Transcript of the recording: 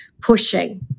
pushing